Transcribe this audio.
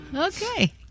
Okay